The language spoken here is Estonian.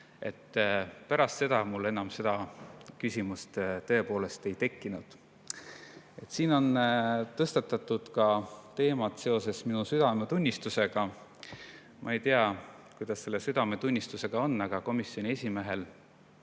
Pärast seda mul enam seda küsimust tõepoolest ei tekkinud. Siin on tõstatatud ka minu südametunnistuse teema. Ma ei tea, kuidas selle südametunnistusega on, aga komisjoni esimehel